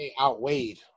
outweighed